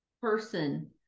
person